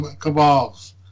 cabals